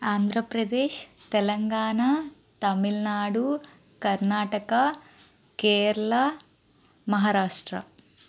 Andhra Pradesh Telangana Tamil Nadu Karnataka Kerala Maharashtra